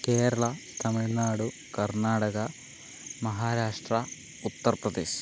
Kerala Tamil Nadu Karnataka Maharashtra Uttar Pradesh